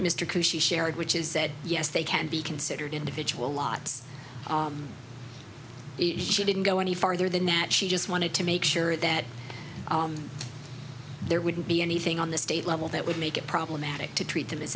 coo she shared which is said yes they can be considered individual lots she didn't go any farther than that she just wanted to make sure that there wouldn't be anything on the state level that would make it problematic to treat them as